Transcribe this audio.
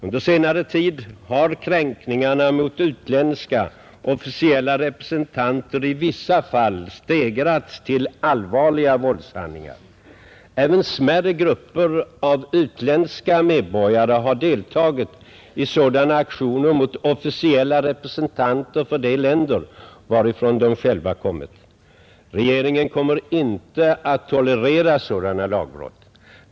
Under senare tid har kränkningarna mot utländska officiella representanter i vissa fall stegrats till allvarliga våldshandlingar. Även smärre grupper av utländska medborgare har deltagit i sådana aktioner mot officiella representanter för de länder, varifrån de själva kommit. Regeringen kommer inte att tolerera sådana lagbrott.